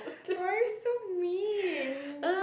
why are you so mean